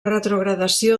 retrogradació